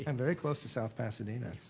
yeah i'm very close to south pasadena,